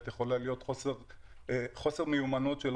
יש אחוז מסוים שצריך טיפול נקודתי,